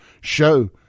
Show